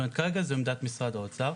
כלומר, כרגע, זו עמדת משרד האוצר.